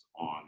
on